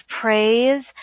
praise